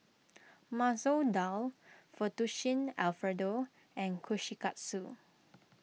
Masoor Dal Fettuccine Alfredo and Kushikatsu